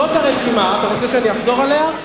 זאת הרשימה, אתה רוצה שאני אחזור עליה?